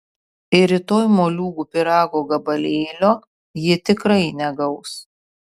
ir rytoj moliūgų pyrago gabalėlio ji tikrai negaus